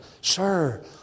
Sir